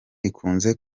ikunze